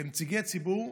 כנציגי ציבור,